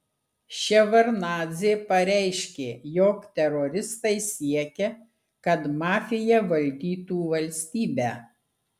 ševardnadzė pareiškė jog teroristai siekia kad mafija valdytų valstybę